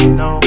no